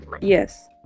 yes